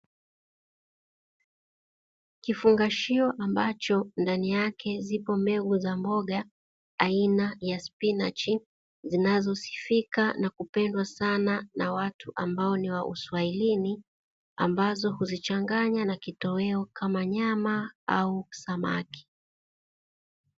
Kifungashio ambacho ndani yake zipo mbegu za mboga aina ya spinachi, zinazosifika na kupendwa sana na watu ambao ni wa uswahilini, ambazo huzichanganya na kitoweo kama nyama au samaki.